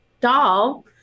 doll